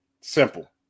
Simple